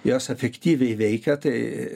jos efektyviai veikia tai